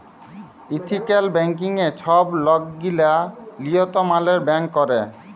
ethical ব্যাংকিংয়ে ছব লকগিলা লিয়ম মালে ব্যাংক ক্যরে